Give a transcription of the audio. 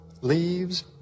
leaves